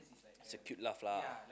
it's a cute laugh lah